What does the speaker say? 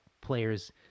players